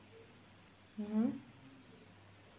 mmhmm